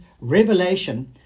revelation